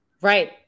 right